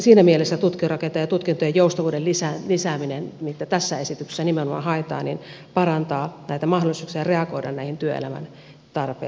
siinä mielessä tutkintorakenteen ja tutkintojen joustavuuden lisääminen mitä tässä esityksessä nimenomaan haetaan parantaa mahdollisuuksia reagoida näihin työelämän osaamistarpeisiin